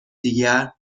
دیگر